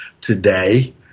today